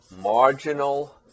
marginal